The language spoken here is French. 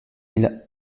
mille